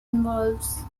involves